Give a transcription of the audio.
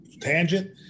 tangent